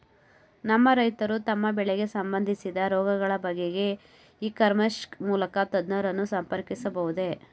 ನಮ್ಮ ರೈತರು ತಮ್ಮ ಬೆಳೆಗೆ ಸಂಬಂದಿಸಿದ ರೋಗಗಳ ಬಗೆಗೆ ಇ ಕಾಮರ್ಸ್ ಮೂಲಕ ತಜ್ಞರನ್ನು ಸಂಪರ್ಕಿಸಬಹುದೇ?